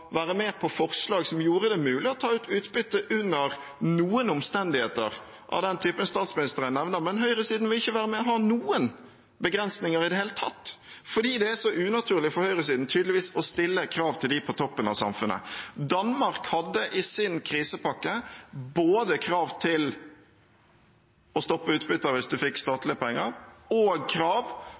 være med på forslag som gjorde det mulig å ta ut utbytte under noen omstendigheter, av den typen som statsministeren nevner, men høyresiden ville ikke ha noen begrensninger i det hele tatt, for det er tydeligvis så unaturlig for høyresiden å stille krav til dem på toppen av samfunnet. Danmark hadde i sin krisepakke både krav til å stoppe utbytter hvis man fikk statlige penger, og krav